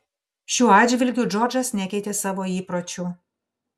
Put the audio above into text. šiuo atžvilgiu džordžas nekeitė savo įpročių